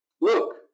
Look